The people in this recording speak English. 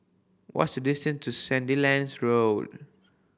what's distance to Sandilands Road